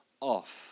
off